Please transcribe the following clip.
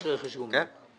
יש רכש גומלין?